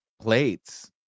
plates